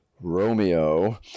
Romeo